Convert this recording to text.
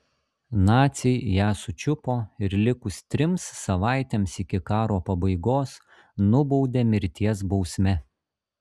naciai ją sučiupo ir likus trims savaitėms iki karo pabaigos nubaudė mirties bausme